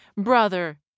Brother